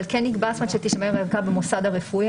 אבל כן נקבע שתישמר הערכה במוסד הרפואי.